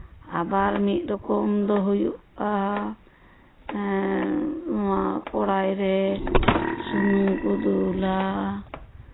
ᱟᱵᱟᱨ ᱢᱤᱫ ᱨᱚᱠᱚᱢ ᱫᱚ ᱦᱩᱭᱩᱜᱼᱟ ᱮᱸᱜ ᱱᱚᱶᱟ ᱠᱚᱲᱟᱭ ᱨᱮ ᱥᱩᱱᱩᱢ ᱠᱚ ᱫᱩᱞᱟ